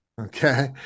Okay